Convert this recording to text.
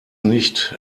nicht